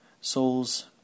souls